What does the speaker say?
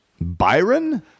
byron